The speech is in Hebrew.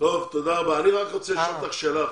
אני רק רוצה לשאול אותך שאלה אחת,